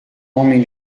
homem